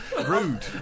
Rude